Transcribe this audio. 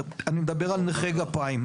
אני מדבר על נכה גפיים,